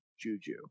Juju